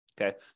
Okay